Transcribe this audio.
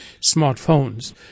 smartphones